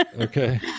okay